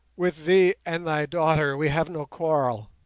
with thee and thy daughter we have no quarrel,